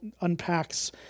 unpacks